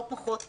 לא פחות מזה.